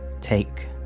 take